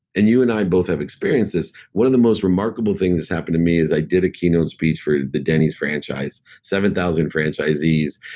and you and i both have experienced this one of the most remarkable things that's happened to me is i did a key note speech for the denny's franchise. seven thousand franchisees,